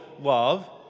love